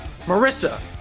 Marissa